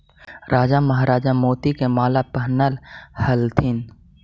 राजा महाराजा मोती के माला पहनऽ ह्ल्थिन